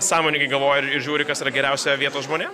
sąmoningai galvoja ir žiūri kas yra geriausia vietos žmonėm